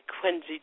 Quincy